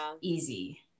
easy